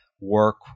work